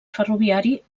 ferroviari